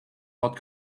not